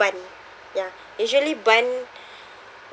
bun ya usually bun